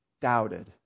Doubted